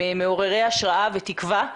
הם מעוררי השראה ותקווה.